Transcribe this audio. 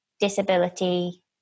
disability